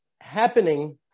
happening